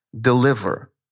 deliver